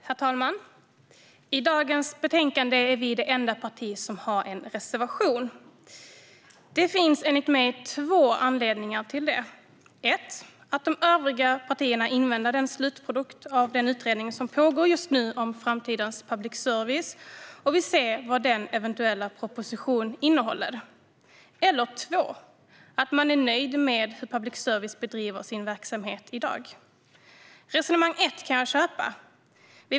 Herr talman! I dagens betänkande är vi det enda parti som har en reservation. Det finns enligt mig två anledningar till det. Den första är att de övriga partierna inväntar slutprodukten från den utredning som pågår just nu om framtidens public service och vill se vad den eventuella propositionen innehåller. Den andra anledningen är att man är nöjd med hur public service bedriver sin verksamhet i dag. Det första resonemanget kan jag köpa.